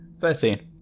Thirteen